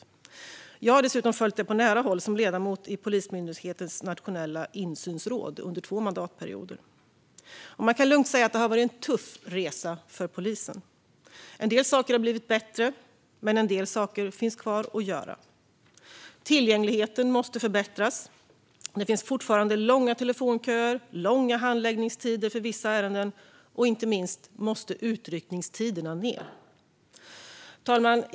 Själv har jag dessutom följt det på nära håll som ledamot i Polismyndighetens nationella insynsråd under två mandatperioder. Man kan lugnt säga att det har varit en tuff resa för polisen. En del saker har blivit bättre, men en del saker finns kvar att göra. Tillgängligheten måste förbättras. Det finns fortfarande långa telefonköer och långa handläggningstider för vissa ärenden. Inte minst måste utryckningstiderna ned. Fru talman!